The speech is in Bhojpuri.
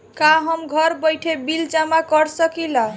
का हम घर बइठे बिल जमा कर शकिला?